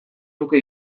nuke